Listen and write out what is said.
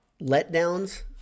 letdowns